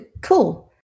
cool